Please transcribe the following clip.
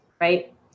right